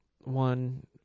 one